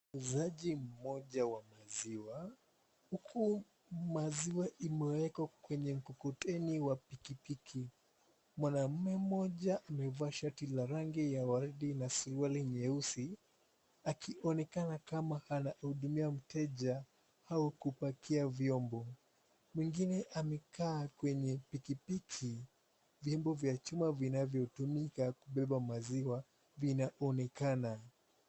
Muuzaji mmoja wa maziwa huku maziwa imewekwa kwenye mkokoteni wa pikipiki, mwanaume mmoja amevaa shati la rangi ya waridi na suruali nyeusi akionekana kama anahudumia mteja au kupakia vyombo. Mwengine amekaa kwenye pikipiki, vyombo vya chuma vinavyotumika kubeba maziwa vinaoenekana.